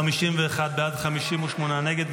51 בעד, 58 נגד.